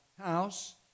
house